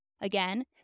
Again